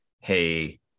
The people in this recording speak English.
Hey